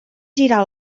girar